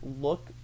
look